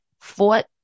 fought